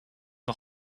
nog